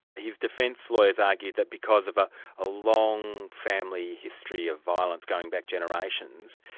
his defence lawyers argued that because of a ah long family history of violence going back generations,